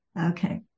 okay